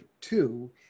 two